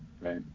right